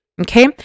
okay